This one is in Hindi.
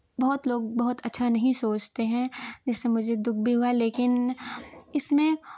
बहुत लोग बहुत अच्छा नहीं सोचते हैं जिससे मुझे दुःख भी हुआ लेकिन इसमें